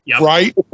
right